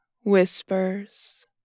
whispers